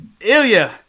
Ilya